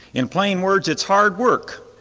in plain words it's hard work.